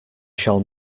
shall